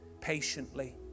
patiently